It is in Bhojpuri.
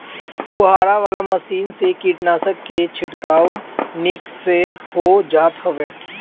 फुहारा वाला मशीन से कीटनाशक के छिड़काव निक से हो जात हवे